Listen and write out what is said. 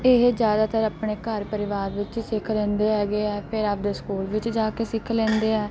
ਇਹ ਜ਼ਿਆਦਾਤਰ ਆਪਣੇ ਘਰ ਪਰਿਵਾਰ ਵਿੱਚ ਸਿੱਖ ਲੈਂਦੇ ਹੈਗੇ ਆ ਫਿਰ ਆਪਦੇ ਸਕੂਲ ਵਿੱਚ ਜਾ ਕੇ ਸਿੱਖ ਲੈਂਦੇ ਆ